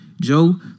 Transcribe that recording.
Joe